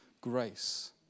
grace